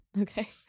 okay